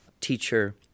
teacher